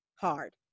hard